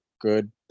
good